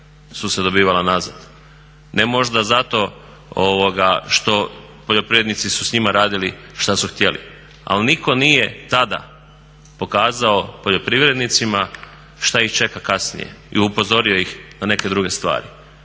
su se dobivala nazad. Ne možda zato što poljoprivrednici su s njima radili šta su htjeli, ali nitko nije tada pokazao poljoprivrednicima šta ih čeka kasnije i upozorio ih na neke druge stvari.